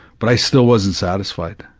but i still wasn't satisfied,